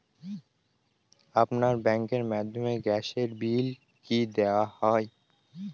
আপনার ব্যাংকের মাধ্যমে গ্যাসের বিল কি দেওয়া য়ায়?